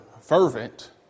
fervent